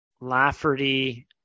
Lafferty